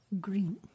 Green